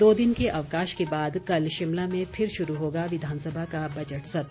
दो दिन के अवकाश के बाद कल शिमला में फिर शुरू होगा विधानसभा का बजट सत्र